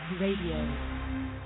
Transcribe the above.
Radio